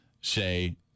say